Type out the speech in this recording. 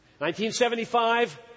1975